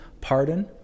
pardon